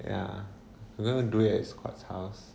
ya I'm gonna do it at scott's house